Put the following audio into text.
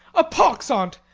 a pox on't!